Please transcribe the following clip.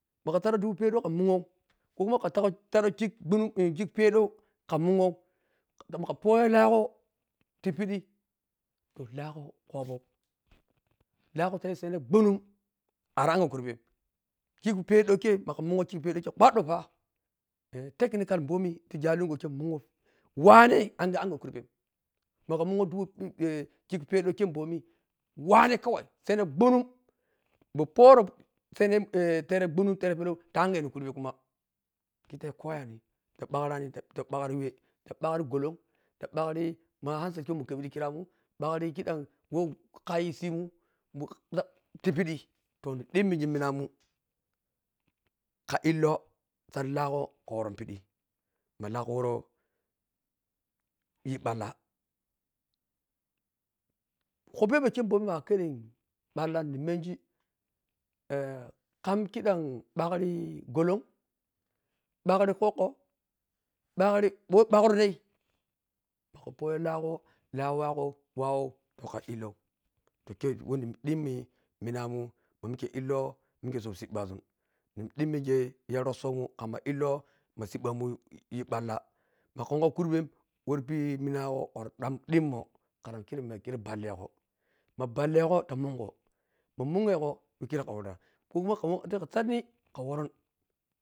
Makha sanghau dubu peshau khamuwo ko kuma khansad kik gbwonum kik oedgou khnamuni mogho khopon lahgho taye senhee gbwonum ariangy karbem kik padhau kha magha muna kik pedhau khe kwadhau fah technical khe boniti lajingo munwo wahnhe angyo kurban makha munwo dubu kik pedhau kha bomi wagnhe kawai sanhe gbwonum mou poro sanhe tere gbwonum tere pellau ta angyenhe kube kuma khere ta koyani ta bharrani ta bhariwah ta bhari golung ta bharri ma handset khe wahumta khan ta kwiramun wahmun khayisimun mu lati pidhi to nhi dhimmigi munamun kha illoh khan sadhi lagho khan woron pidhi ma lahgho woro yhi balba khupuphebu khe momi məa khedhen balla nhi meng khan khidham sharri gholung bharri kwokwo bharri wo bharrodai mogho fogyo lohgo wagho wawo to kha illoh to khe wahnu dhmming minamun mamikhe illoh mihke sobbi sibbiʒun nhi dhimmigi yharsomun khamma illoh ma sobbamun yhi balla ma kha womkha kurbem mori pidhi minamun khadhimmoh khara ma kheroh ballegho ma ballegha ta mungho ma munneyegho tan khero ta wanna ko kuma khan sannhi khanworon